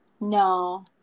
No